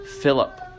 Philip